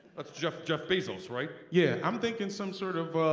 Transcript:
that's jeff, jeff bezos, right? yeah, i'm thinking some sort of ah,